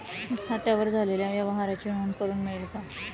खात्यावर झालेल्या व्यवहाराची नोंद करून मिळेल का?